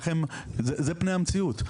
זו פני המציאות.